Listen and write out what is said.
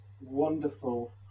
wonderful